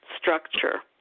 structure